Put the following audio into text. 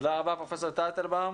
תודה רבה, פרופ' טייטלבאום.